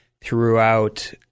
throughout